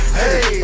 hey